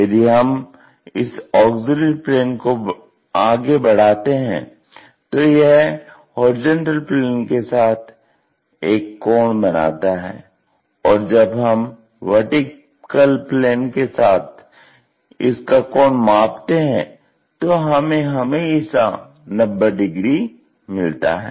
यदि हम इस ऑग्ज़िल्यरी प्लेन को आगे बढ़ाते है तो यह HP के साथ एक कोण बनाता है और जब हम VP के साथ इसका कोण मापते हैं तो हमें हमेशा 90 डिग्री मिलता है